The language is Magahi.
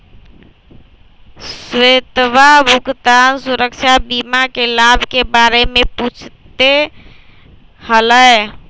श्वेतवा भुगतान सुरक्षा बीमा के लाभ के बारे में पूछते हलय